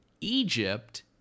egypt